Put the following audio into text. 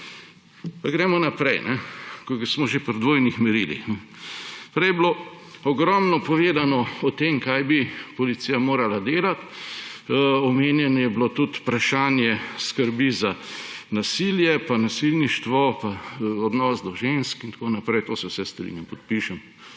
Pa gremo naprej. Ko smo že pri dvojnih merilih. Prej je bilo ogromno povedanega o tem, kaj bi policija morala delati, omenjeno je bilo tudi vprašanje skrbi za nasilje, nasilništvo, odnos do žensk in tako naprej. S tem se vse strinjam, podpišem.